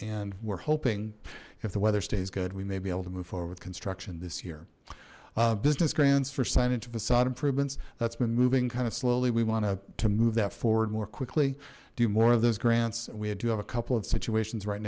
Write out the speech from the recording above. and we're hoping if the weather stays good we may be able to move forward with construction this year business grands for sign into facade improvements that's been moving kind of slowly we want to move that forward more quickly do more of those grants and we do have a couple of situations right